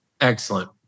Excellent